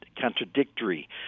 contradictory